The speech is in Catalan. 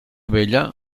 vella